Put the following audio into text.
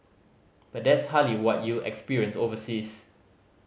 but that's hardly what you'll experience overseas